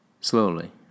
Slowly